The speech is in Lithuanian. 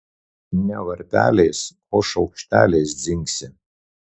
ne varpeliais o šaukšteliais dzingsi